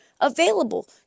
available